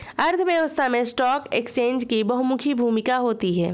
अर्थव्यवस्था में stock exchange की बहुमुखी भूमिका होती है